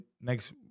next